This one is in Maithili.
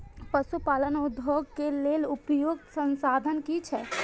पशु पालन उद्योग के लेल उपयुक्त संसाधन की छै?